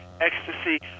ecstasy